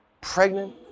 pregnant